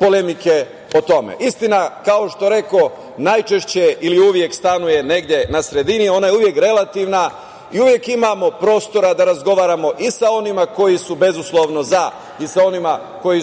polemike o tome. Istina, kao što rekoh, najčešće ili uvek stanuje negde na sredini. Ona je uvek relativna i uvek imamo prostora da razgovaramo i sa onima koji su bezuslovno za i sa onima koji